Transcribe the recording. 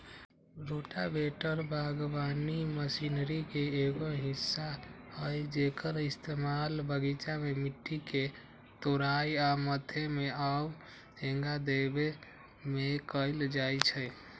rotavator बगवानी machinery के एगो हिस्सा हई जेक्कर इस्तेमाल बगीचा में मिट्टी के तोराई आ मथे में आउ हेंगा देबे में कएल जाई छई